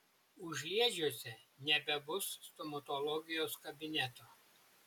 užliedžiuose nebebus stomatologijos kabineto